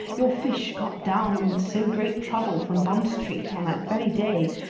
your fish, got down with so great trouble from bond street on that very day,